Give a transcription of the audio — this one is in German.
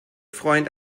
freund